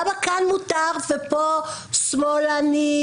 למה כאן מותר ופה "שמאלנים",